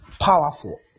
powerful